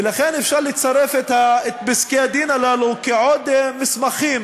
ולכן, אפשר לצרף את פסקי-הדין הללו כעוד מסמכים